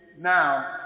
now